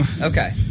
Okay